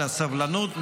על הסבלנות.